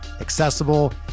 accessible